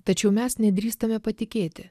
tačiau mes nedrįstame patikėti